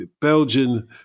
Belgian